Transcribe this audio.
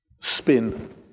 spin